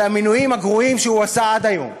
המינויים הגרועים שהוא מינה עד היום.